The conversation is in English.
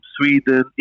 Sweden